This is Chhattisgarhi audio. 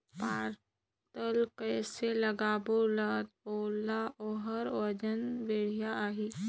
पातल कइसे लगाबो ता ओहार वजन बेडिया आही?